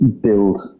build